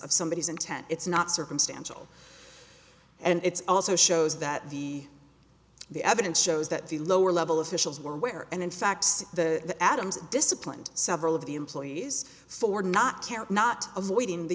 of somebodies intent it's not circumstantial and it's also shows that the the evidence shows that the lower level officials were aware and in fact the adams disciplined several of the employees for not not avoiding the